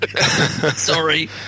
Sorry